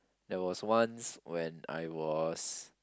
there was once when I was